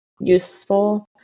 useful